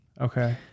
Okay